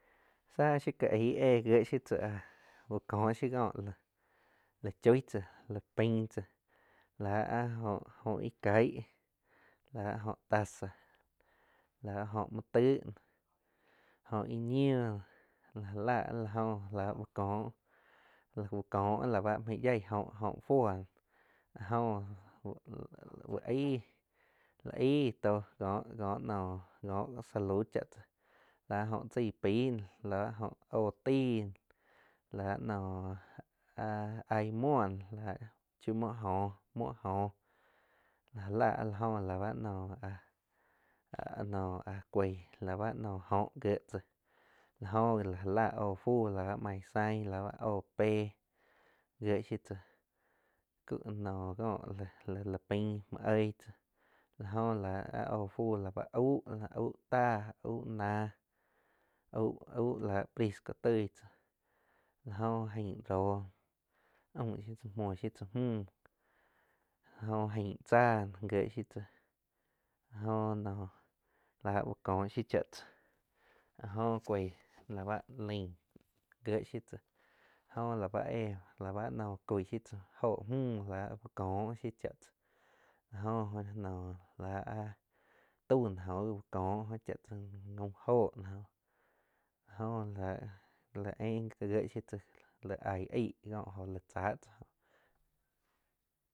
Tzá shiu káh aig éh gie yiu tzá áh úh ko shiu kó láh choig tzá, lá pein tzáh láh áh jóh íh caig láh jóh tasa lá jóh muoh taig jóh íh ñiuh lá já láh áh la jóh la úh cóh la bá yaig óh, óh fuo nóh áh jóh aíh tó kó nóh kóh salud chá tzá lá jóh chai peig láh báh jóh óh taí lá noh áh aig muoh nóh lá chiu muoh jóh, lá jáh láh áh la jóh la báh noh áh- áh coig la báh nou jóh gie tzá la jóh gi la já láh óh fú la mainzain la bá oh pé gie shiu tzá, kó lá lá pain mjuu oig tsá la jóh láh áhh óh fú la báh aúh, aú táh, aú náh, aú-aú láh prisco toig tsá la jóh aing róh aum shiu tsá muo shiu tsá müh la jó aing tsáh gie sjiu tsáh la jó noh la úh kó shiu chá tzá áh jóh cuig la báh nain gie shiu tzá áh jo la bá éh nóh coig shiu tsá óh mjuhh la bá úh có shiu cha tsá, la jo oh la áh tau no jóh jí úh ko shiu ch tsáh gaum óh nóh láh la jó la ein gie shiu tsá aih ai koh oh la cha tsá.